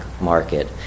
market